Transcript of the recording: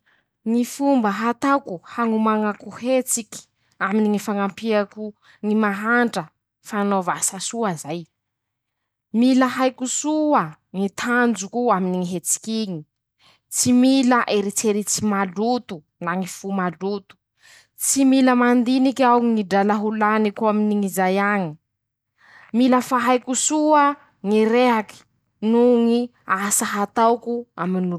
Ñy fomba ataoko hañomañako hetsiky, aminy ñy fañampiako ñy mahantra fanaova asa soa zay: -Mila haiko soa ñy tanjoko aminy ñy hetsik'iñy, tsy mila eritseritsy maloto na ñy fo maloto, tsy mila mandinik'aho ñy drala ho laniko aminy ñ'izay añy, mila fa haiko soa ñy rehaky noo ñy asa ataoko.